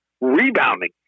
rebounding